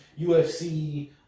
UFC